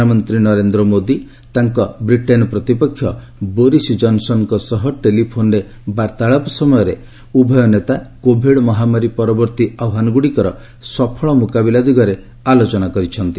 ପ୍ରଧାନମନ୍ତ୍ରୀ ନରେନ୍ଦ୍ର ମୋଦି ତାଙ୍କ ବ୍ରିଟେନ୍ ପ୍ରତିପକ୍ଷ ବୋରିସ୍ ଜନ୍ସନ୍ଙ୍କ ସହ ଟେଲିଫୋନ୍ରେ ବାର୍ଭାଳାପ ସମୟରେ ଉଭୟ ନେତା କୋଭିଡ୍ ମହାମାରୀ ପରବର୍ତ୍ତୀ ଆହ୍ୱାନଗୁଡ଼ିକର ସଫଳ ମୁକାବିଲା ଦିଗରେ ଆଲୋଚନା କରିଛନ୍ତି